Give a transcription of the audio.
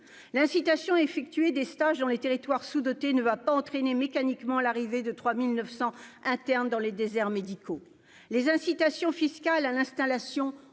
l'incitation effectuer des stages dans les territoires sous-dotés ne va pas entraîner mécaniquement l'arrivée de 3900 interne dans les déserts médicaux, les incitations fiscales à l'installation